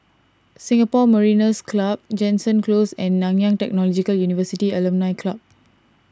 Singapore Mariners' Club Jansen Close and Nanyang Technological University Alumni Club